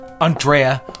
Andrea